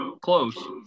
Close